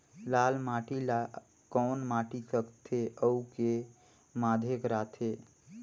लाल माटी ला कौन माटी सकथे अउ के माधेक राथे?